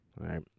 right